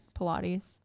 Pilates